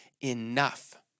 enough